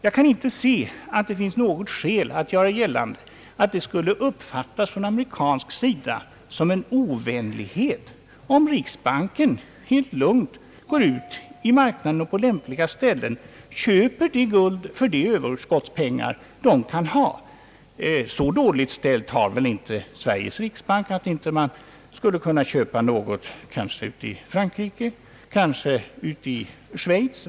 Jag kan inte se att det finns något skäl att göra gällande, att det från amerikansk sida skulle uppfattas som en ovänlighet om riksbanken helt lugnt går ut i marknaden och på lämpliga ställen köper guld för de överskottspengar som banken har. Så dåligt ställt har väl inte Sveriges riksbank att den inte skulle kunna köpa något, kanske i Frankrike, kanske i Schweiz.